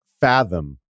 fathom